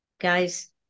guys